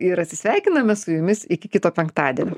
ir atsisveikiname su jumis iki kito penktadienio